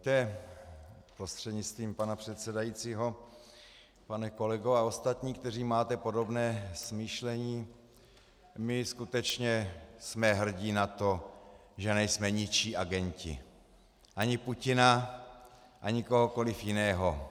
Víte, prostřednictvím pana předsedajícího pane kolego a ostatní, kteří máte podobné smýšlení, my skutečně jsme hrdi na to, že nejsme ničí agenti ani Putina ani kohokoli jiného.